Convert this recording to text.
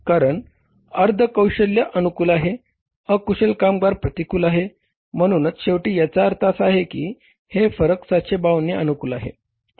कारण अर्ध कौशल्य अनुकूल आहे अकुशल कामगार प्रतिकूल आहे म्हणूनच शेवटी याचा अर्थ असा आहे की हे फरक 752 ने अनुकूल आहे